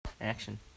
Action